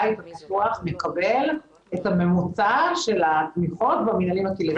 הבית הפתוח מקבל את הממוצע של התמיכות במינהלים הקהילתיים.